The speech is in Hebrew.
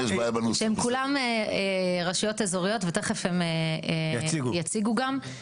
הן כולן רשויות אזוריות ותכף הם יציגו גם.